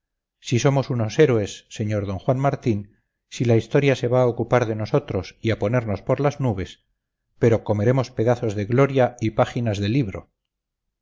si somos unos héroes sr d juan martín si la historia se va a ocupar de nosotros y a ponernos por las nubes pero comeremos pedazos de gloria y páginas de libro